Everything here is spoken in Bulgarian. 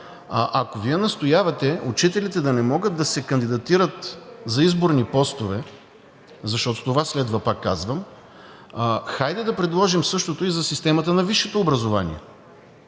ако Вие настоявате учителите да не могат да се кандидатират за изборни постове, защото това следва, пак казвам – хайде да предложим същото и за системата на висшето образование.